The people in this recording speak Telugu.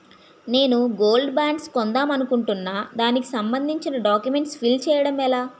నేను గోల్డ్ బాండ్స్ కొందాం అనుకుంటున్నా దానికి సంబందించిన డాక్యుమెంట్స్ ఫిల్ చేయడం ఎలా?